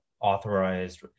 authorized